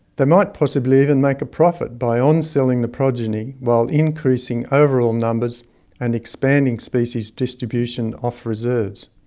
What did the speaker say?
they might possibly even make a profit by on-selling the progeny while increasing overall numbers and expanding species distribution off-reserves.